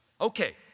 okay